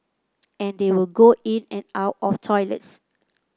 and they will go in and out of toilets